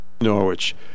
Norwich